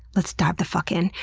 let's dive the fuck in.